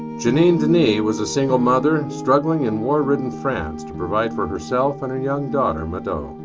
janine denni was a single mother struggling in war ridden france to provide for herself and her young daughter madeleine.